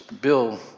Bill